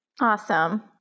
Awesome